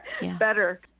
better